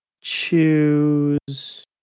choose